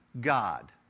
God